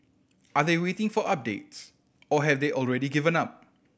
are they waiting for updates or have they already given up